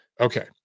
okay